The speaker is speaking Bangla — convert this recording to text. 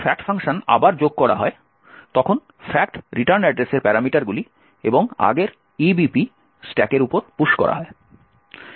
যখন fact ফাংশন আবার যোগ করা হয় তখন ফ্যাক্ট রিটার্ন অ্যাড্রেসের প্যারামিটারগুলি এবং আগের EBP স্ট্যাকের উপর পুশ করা হয়